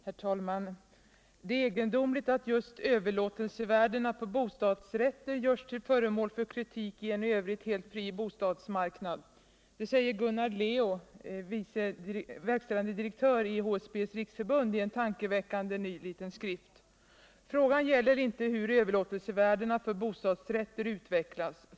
Herr talman! Det är egendomligt att just överlåtelsevärdena på bostadsrätter görs till föremål för kritik när vi har en i övrigt helt fri bostadsmarknad. Det säger Gunnar Leo, verkställande direktör i HSB:s riksförbund, i en tankeväckande, ny liten skrift. Frågan gäller inte hur överlåtelsevärdena för bostadsrätter utvecklas.